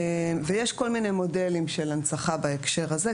יש כל מיני מודלים של הנצחה בהקשר הזה.